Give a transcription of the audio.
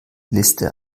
liste